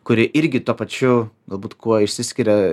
kuri irgi tuo pačiu galbūt kuo išsiskiria